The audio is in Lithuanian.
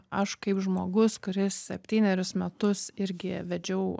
aš kaip žmogus kuris septynerius metus irgi vedžiau